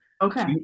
Okay